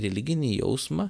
religinį jausmą